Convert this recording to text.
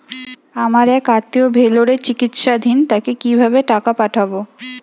আমার এক আত্মীয় ভেলোরে চিকিৎসাধীন তাকে কি ভাবে টাকা পাঠাবো?